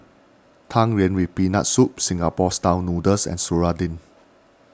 Tang Yuen with Peanut Soups Singapore Style Noodles and Serunding